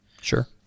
Sure